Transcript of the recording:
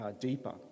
deeper